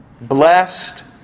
Blessed